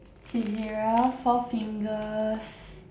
Saizeriya four fingers